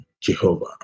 Jehovah